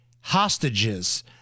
hostages